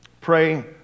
pray